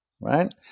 right